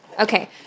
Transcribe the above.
Okay